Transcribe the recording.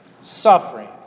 suffering